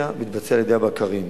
מתבצע על-ידי הבקרים.